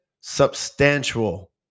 substantial